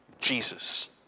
Jesus